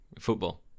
football